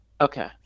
Okay